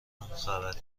خبری